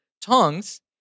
tongues